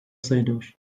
sayılıyor